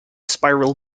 spiral